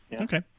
Okay